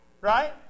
right